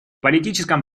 политическом